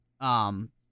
Um-